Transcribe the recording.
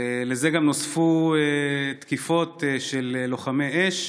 לזה גם נוספו תקיפות של לוחמי אש,